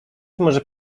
może